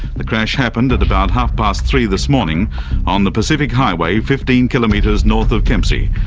the crash happened at about half-past three this morning on the pacific highway fifteen kilometres north of kempsey.